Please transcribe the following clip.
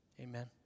Amen